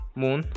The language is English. moon